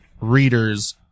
readers